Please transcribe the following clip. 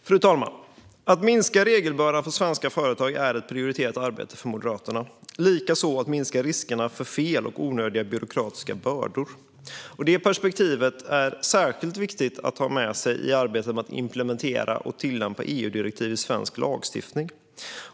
Fru talman! Att minska regelbördan för svenska företag är ett prioriterat arbete för Moderaterna, liksom att minska riskerna för fel och onödiga byråkratiska bördor. Det perspektivet är särskilt viktigt att ha med sig i arbetet med att implementera och tillämpa EU-direktiv i svensk lagstiftning.